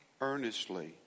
earnestly